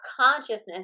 consciousness